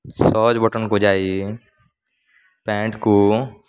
search ବଟନ୍କୁ ଯାଇ ପ୍ୟାଣ୍ଟକୁ